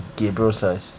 if gabriel size